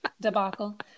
debacle